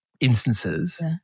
instances